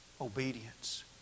obedience